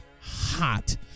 hot